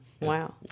Wow